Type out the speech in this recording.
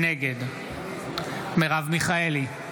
נגד מרב מיכאלי,